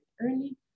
early